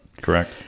Correct